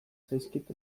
zaizkit